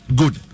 good